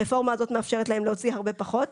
הרפורמה הזאת מאפשרת להם להוציא הרבה פחות,